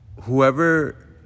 whoever